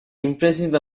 impressive